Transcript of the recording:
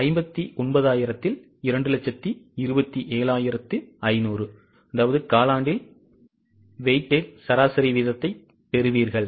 59000 இல் 227500 காலாண்டில் weighted சராசரி வீதத்தைப் பெறுவீர்கள்